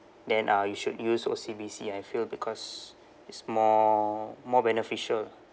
then uh you should use O_C_B_C I feel because it's more more beneficial lah